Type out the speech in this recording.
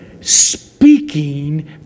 speaking